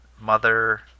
Mother